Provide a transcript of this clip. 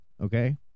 okay